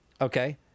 Okay